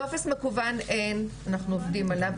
טופס מקוון אנחנו עובדים עליו,